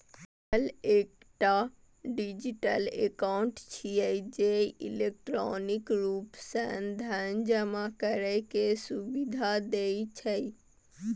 PayPal एकटा digital account छियै, जे इलेक्ट्रॉनिक रूप सं धन जमा करै के सुविधा दै छै